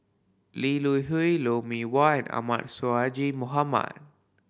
Lee Hui Lou Mee Wah Ahmad Sonhadji Mohamad